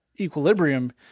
Equilibrium